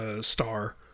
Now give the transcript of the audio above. star